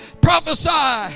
Prophesy